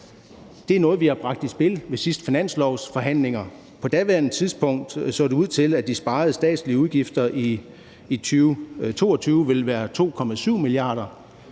var noget, vi bragte i spil ved de sidste finanslovsforhandlinger. På daværende tidspunkt så det ud til, at de sparede statslige udgifter i 2022 ville være 2,7 mia. kr.